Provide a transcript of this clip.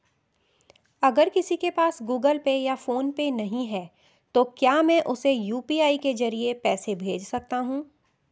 अगर किसी के पास गूगल पे या फोनपे नहीं है तो क्या मैं उसे यू.पी.आई के ज़रिए पैसे भेज सकता हूं?